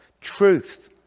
Truth